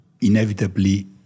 inevitably